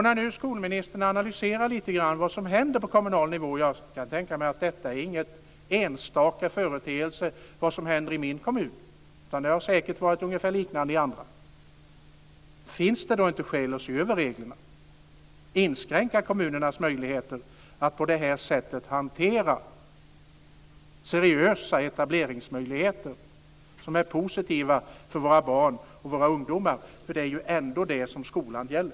När nu skolministern analyserar vad som händer på kommunal nivå - jag kan tänka mig att vad som händer i min kommun inte är någon enstaka företeelse, utan det har säkert varit ungefär lika i andra kommuner - finns det då inte skäl att se över reglerna och inskränka kommunernas möjligheter att på det här sättet hantera seriösa etableringsmöjligheter, som är positiva för våra barn och ungdomar? Det är ändå det som skolan gäller.